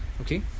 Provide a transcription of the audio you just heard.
Okay